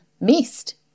missed